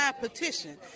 petition